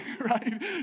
right